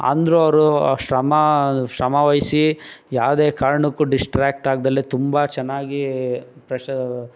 ಅಂದ್ರೂ ಅವರು ಶ್ರಮ ಶ್ರಮವಹಿಸಿ ಯಾವುದೇ ಕಾರಣಕ್ಕೂ ಡಿಸ್ಟ್ರಾಕ್ಟ್ ಆಗ್ದಲೇ ತುಂಬ ಚೆನ್ನಾಗಿ ಪ್ರೆಶ್